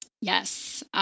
Yes